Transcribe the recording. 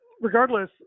regardless